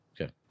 okay